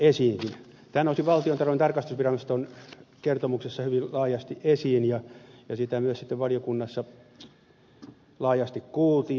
tämä nousi valtiontalouden tarkastusviraston kertomuksessa hyvin laajasti esiin ja sitä myös sitten valiokunnassa laajasti kuultiin